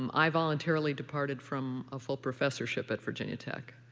um i voluntarily departed from a full professorship at virginia tech.